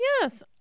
Yes